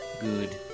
Good